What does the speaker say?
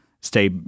Stay